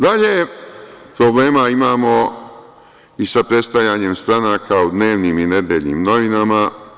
Dalje, problema imamo i sa predstavljanjem stranaka u dnevnim i nedeljnim novinama.